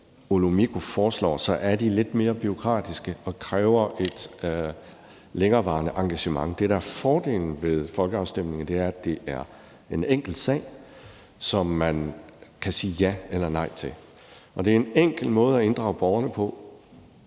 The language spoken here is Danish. Olumeko foreslår, er de lidt mere bureaukratiske og kræver et længerevarende engagement. Det, der er fordelen ved folkeafstemninger, er, at det er en enkel sag, som man kan sige ja eller nej til. Og det er en enkel måde at inddrage borgerne på,